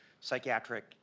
psychiatric